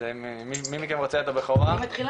אז מי מכם רוצה את הבכורה?